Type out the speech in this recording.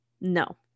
no